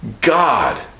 God